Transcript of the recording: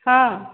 ହଁ